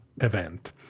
event